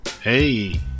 Hey